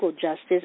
Justice